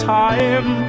time